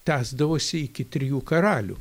tęsdavosi iki trijų karalių